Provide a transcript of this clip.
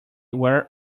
were